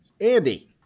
Andy